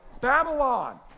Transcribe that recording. Babylon